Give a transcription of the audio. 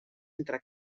entre